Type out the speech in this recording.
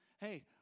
Hey